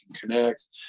connects